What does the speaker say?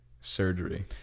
Surgery